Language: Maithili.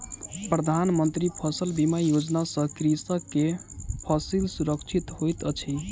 प्रधान मंत्री फसल बीमा योजना सॅ कृषक के फसिल सुरक्षित होइत अछि